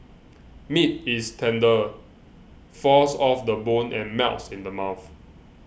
meat is tender falls off the bone and melts in the mouth